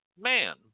man